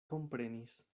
komprenis